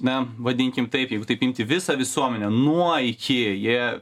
na vadinkim taip jeigu taip imti visą visuomenę nuo iki jie